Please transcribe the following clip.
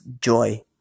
joy